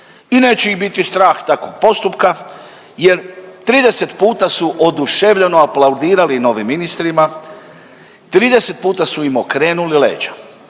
I neće ih biti strah takvog postupka, jer 30 puta su oduševljeno aplaudirali novim ministrima, 30 puta su im okrenuli leđa.